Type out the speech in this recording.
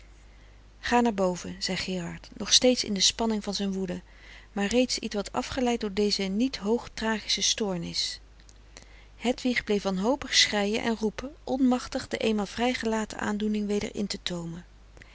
ga naar boven zei gerard nog steeds in de spanning van zijn woede maar reeds ietwat afgeleid door deze niet hoog tragische stoornis hedwig bleef wanhopig schreien en roepen onmachtig de eenmaal vrij gelaten aandoening weder in te toomen